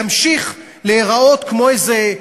ימשיך להיראות כמו איזה,